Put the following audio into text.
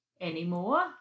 anymore